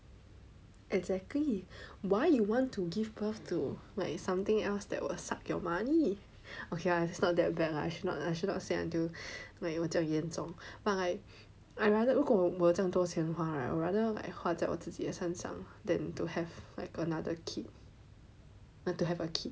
exactly why you want to give birth to like something else that will suck your money ok lah it's not that bad lah I shall not say until like 这样严重 but like I rather 如果我这样多钱花 right I would rather like 花在我自己你的身上 than to have like another kid and to have a kid